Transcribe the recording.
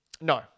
No